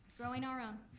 growing our um